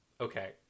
Okay